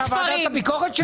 אתה ועדת הביקורת שלי?